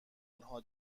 انها